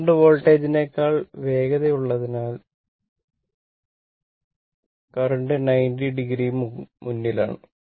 current വോൾട്ടേജിനേക്കാൾ വേഗതയുള്ളതിനാൽ current 90o ന് മുന്നിലാണ്